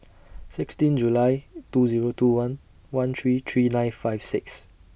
sixteen July two Zero two one one three three nine five six